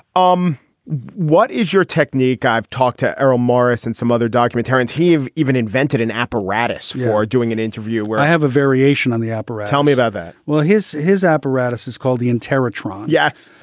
um what is your technique? i've talked to errol morris and some other documentarians. he have even invented an apparatus for doing an interview where i have a variation on the opera tell me about that. well, his his apparatus is called the in terror trial. yes.